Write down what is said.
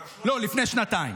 לא, לפני שנתיים,